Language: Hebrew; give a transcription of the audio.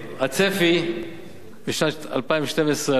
הצפי בשנת 2012 עלול,